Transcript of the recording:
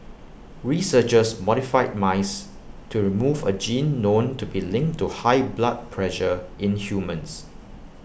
researchers modified mice to remove A gene known to be linked to high blood pressure in humans